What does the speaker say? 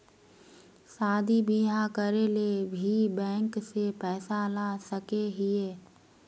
शादी बियाह करे ले भी बैंक से पैसा ला सके हिये?